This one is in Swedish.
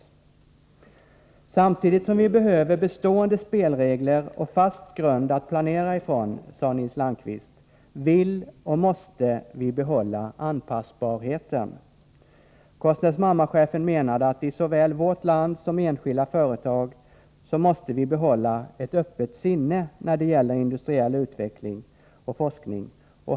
Han sade nämligen så här: ”Samtidigt som vi behöver bestående spelregler och fast grund att planera från vill och måste vi behålla anpassbarheten.” Korsnäs-Marma-chefen menade att såväl representanter för vårt land som enskilda företag måste behålla ett ”öppet sinne” när det gäller industriell utveckling och forskning.